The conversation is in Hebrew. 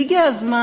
והגיע הזמן,